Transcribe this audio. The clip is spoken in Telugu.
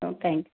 ఓకే